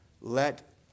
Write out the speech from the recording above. let